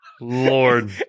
Lord